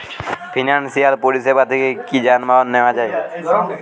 Financial পরিসেবা থেকে কি যানবাহন নেওয়া যায়?